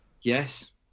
Yes